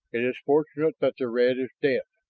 it is fortunate that the red is dead.